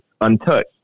untouched